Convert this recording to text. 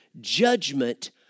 judgment